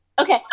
Okay